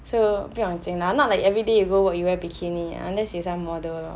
so 不用紧 lah not like you everyday you go work you wear bikini unless you some model lor